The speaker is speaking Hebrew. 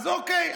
אוקיי,